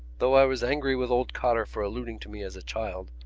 though i was angry with old cotter for alluding to me as a child,